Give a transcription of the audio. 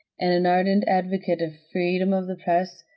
and an ardent advocate of freedom of the press,